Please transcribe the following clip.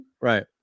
Right